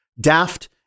Daft